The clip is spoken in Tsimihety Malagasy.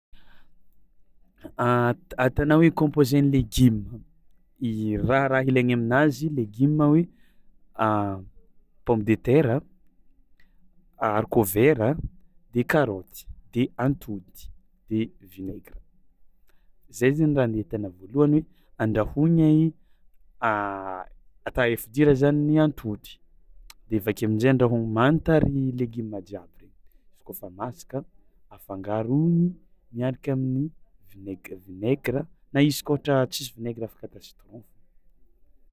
Ataonao hoe composen'ny legioma raha raha ilaigny aminazy, legioma hoe pomme de tera, arikôvera de karaoty de antody de vinegra, zay zany raha nde ataonao voalohany hoe andrahoigny atao œuf dur zany a antody de avake amizay andrahoigny manta i legioma jiaby regny izy kôfa masaka afangarony miaraka amin'ny vinegra na izy koa ohatra tsisy vinegra afaka atao citron fô.